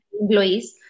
employees